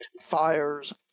fires